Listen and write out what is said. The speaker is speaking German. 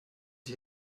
sie